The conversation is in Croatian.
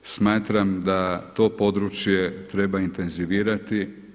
Smatram da to područje treba intenzivirati.